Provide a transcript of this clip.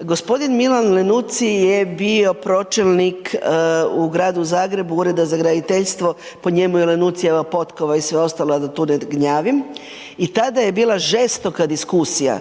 gospodin Milan Lenuzzi je bio pročelnik u gradu Zagrebu Ureda za graditeljstvo, po njemu je Lenuzzijeva potkova i sve ostalo, da tu ne gnjavim, i tada je bila žestoka diskusija